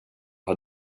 har